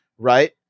right